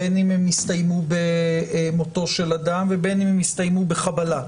בין אם הן הסתיימו במותו של אדם ובין אם הן הסתיימו בחבלה,